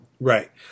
Right